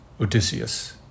Odysseus